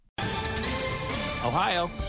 Ohio